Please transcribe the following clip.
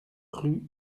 rue